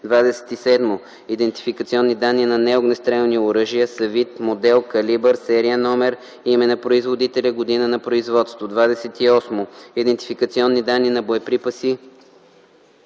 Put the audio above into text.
27. “Идентификационни данни на неогнестрелни оръжия” са вид, модел, калибър, сериен номер, име на производителя, година на производство. 28. “Идентификационни данни на боеприпаси